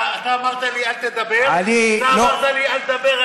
אתה אמרת לי: אל תדבר על משטרה.